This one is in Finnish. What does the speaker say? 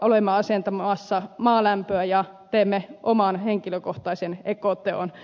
olemme asentamassa maalämpöä ja teemme oman henkilökohtaisen ekoteon